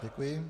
Děkuji.